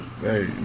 Hey